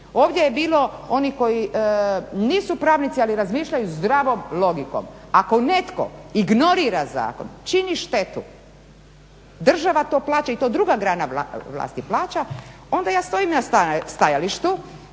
Ovdje je bilo onih koji nisu pravnici ali razmišljaju zdravom logikom. Ako netko ignorira zakon čini štetu, država to plaća i to druga grana vlasti plaća onda ja stojim na stajalištu